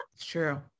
True